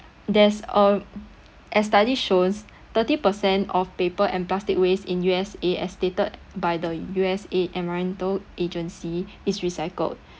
there's um as study shows thirty percent of paper and plastic waste in U_S_A as stated by the U_S_A environmental agency is recycled